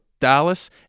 Dallas